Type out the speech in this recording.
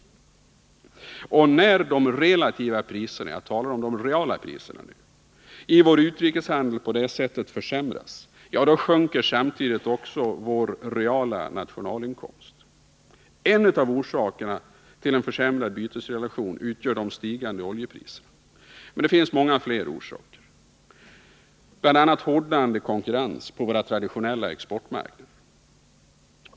När de relativa priserna — jag talar nu om de reala priserna — i vår utrikeshandel på detta sätt försämras, sjunker samtidigt vår reala nationalinkomst. En orsak till en försämrad bytesrelation utgör stigande oljepriser. Men det finns många fler orsaker härtill, bl.a. hårdnande konkurrens på våra traditionella exportmarknader.